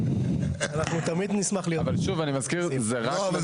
אבל שוב, אני מזכיר, זה רק בדירה השנייה.